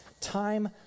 Time